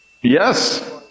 Yes